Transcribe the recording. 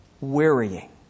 wearying